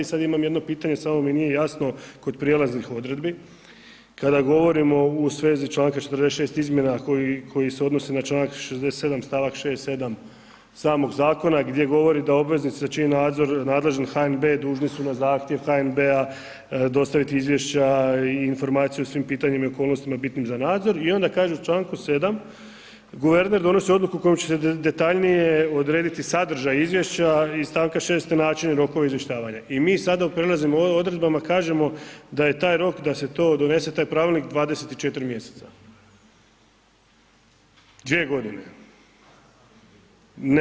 Sad imam jedno pitanje, samo mi nije jasno kod prijelaznih odredbi kada govorimo u svezi čl. 46. izmjena koji se odnosi na čl. 67. st. 6., 7. samog zakona gdje govori da obveznici za čiji nadzor nadležni HNB dužni su na zahtjev HNB-a dostaviti izvješća i informaciju o svim pitanjima i okolnostima bitnim za nadzor i onda kažu u čl. 7. guverner donosi odluku kojom će se detaljnije odrediti sadržaj izvješća iz st. 6. i načini i rokovi izvještavanja i mi sada u prelaznim odredbama kažemo da je taj rok da se to donese, taj pravilnik 24 mjeseca, dvije godine.